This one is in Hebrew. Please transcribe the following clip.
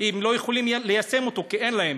הם לא יכולים ליישם אותו, כי אין להם.